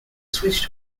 switched